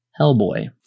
Hellboy